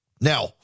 Now